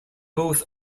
both